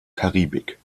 karibik